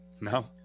No